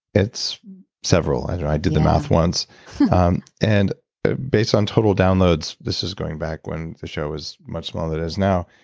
it's several, and i did the math once um and based on total downloads. this is going back when the show was much smaller than it is now.